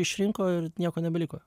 išrinko ir nieko nebeliko